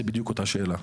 זו בדיוק אותה שאלה.